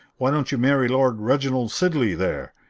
why don't you marry lord reginald sidley there?